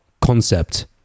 concept